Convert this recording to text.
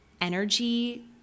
energy